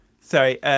Sorry